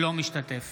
אינו משתתף